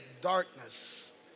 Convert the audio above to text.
darkness